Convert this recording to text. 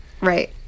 right